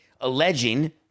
alleging